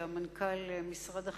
שהיה מנכ"ל משרד החינוך,